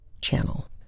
channel